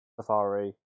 Safari